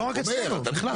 לא רק אצלנו, בכלל.